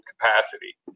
capacity